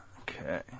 Okay